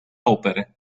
opere